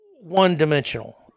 one-dimensional